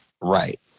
right